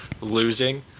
losing